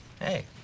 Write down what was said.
Hey